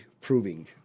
proving